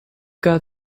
got